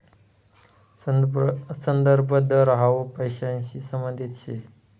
संदर्भ दर हाउ पैसांशी संबंधित शे